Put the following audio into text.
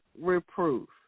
reproof